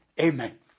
Amen